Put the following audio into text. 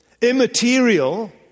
immaterial